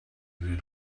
will